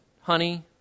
honey